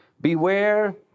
Beware